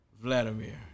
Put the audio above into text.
Vladimir